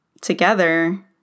together